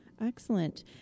excellent